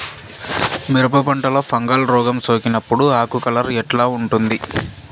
మిరప పంటలో ఫంగల్ రోగం సోకినప్పుడు ఆకు కలర్ ఎట్లా ఉంటుంది?